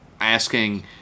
asking